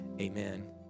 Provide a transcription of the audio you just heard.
amen